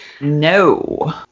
No